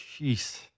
jeez